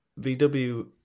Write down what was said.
VW